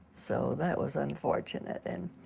so that was unfortunate and